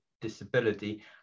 disability